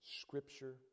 Scripture